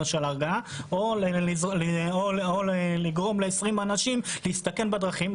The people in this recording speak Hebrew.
להרגעה או לגרום ל-20 אנשים להסתכן בדרכים,